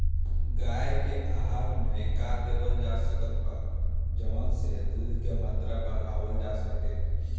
गाय के आहार मे का देवल जा सकत बा जवन से दूध के मात्रा बढ़ावल जा सके?